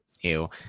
ew